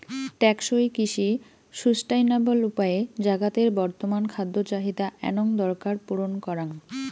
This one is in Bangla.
টেকসই কৃষি সুস্টাইনাবল উপায়ে জাগাতের বর্তমান খাদ্য চাহিদা এনং দরকার পূরণ করাং